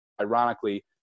ironically